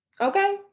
Okay